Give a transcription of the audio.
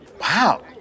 Wow